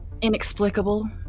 inexplicable